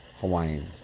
Hawaiian